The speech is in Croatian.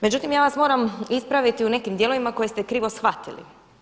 Međutim, ja vas moram ispraviti u nekim dijelovima koje ste krivo shvatili.